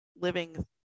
living